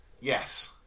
Yes